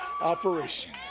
operation